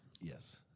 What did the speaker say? Yes